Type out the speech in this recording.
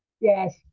Yes